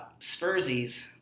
Spursies